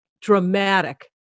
dramatic